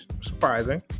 surprising